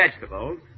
vegetables